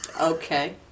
Okay